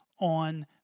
on